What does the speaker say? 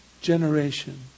generation